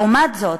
לעומת זאת,